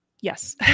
Yes